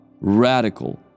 radical